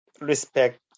respect